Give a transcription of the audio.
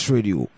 Radio